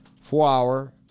four-hour